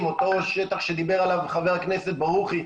בשלבים, אותו שטח שדיבר עליו חבר הכנסת ברוכי,